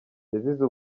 yazize